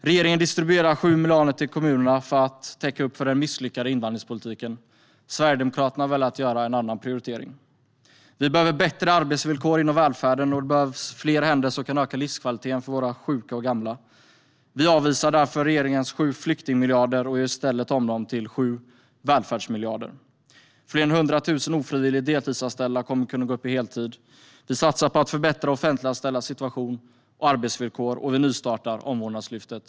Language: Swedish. Regeringen distribuerar 7 miljarder till kommunerna för att täcka upp för den misslyckade invandringspolitiken. Sverigedemokraterna väljer att göra en annan prioritering. Vi behöver bättre arbetsvillkor inom välfärden, och det behövs fler händer som kan öka livskvaliteten för våra sjuka och gamla. Vi avvisar därför regeringens 7 flyktingmiljarder och gör i stället om dem till 7 välfärdsmiljarder. Fler än hundra tusen ofrivilligt deltidsanställda kommer att kunna gå upp till heltid. Vi satsar på att förbättra offentliganställdas situation och arbetsvillkor, och vi nystartar Omvårdnadslyftet.